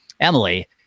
Emily